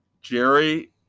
Jerry